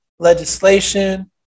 legislation